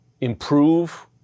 improve